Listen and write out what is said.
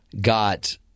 got